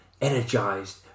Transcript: energized